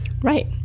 Right